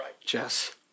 Jess